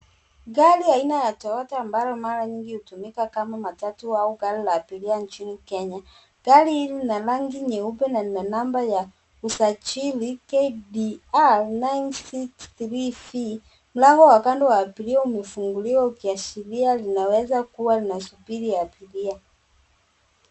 Gari aina ya Toyota ambalo mara nyingi hutumika kama matatu au gari la abiria nchini Kenya. Gari hili lina rangi nyeupe na lina namba ya usajili KDR 963V. Mlango wa kando wa abiria umefunguliwa ukiashiria linaweza kuwa linasubiri abiria.